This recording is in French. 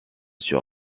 sur